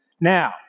Now